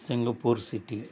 Singapore city